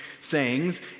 sayings